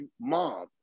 Mom